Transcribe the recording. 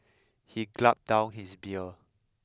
he gulped down his beer